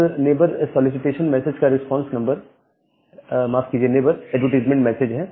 इस neighbour solicitation message का response neighbour advertisement message है